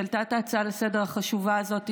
שהעלתה את ההצעה לסדר-היום החשובה הזאת,